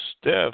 stiff